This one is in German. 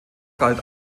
galt